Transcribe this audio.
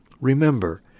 Remember